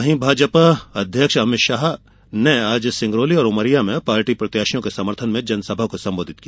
वहीं भाजपा अध्यक्ष अमित शाह ने आज सिंगरौली और उमरिया में पार्टी प्रत्याशियों के समर्थन में जनसभा को संबोधित किया